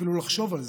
אפילו לחשוב על זה.